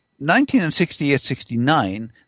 1968-69